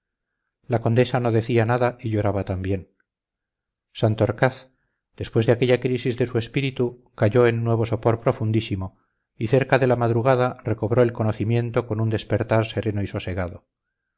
la condesa no decía nada y lloraba también santorcaz después de aquella crisis de su espíritu cayó en nuevo sopor profundísimo y cerca de la madrugada recobró el conocimiento con un despertar sereno y sosegado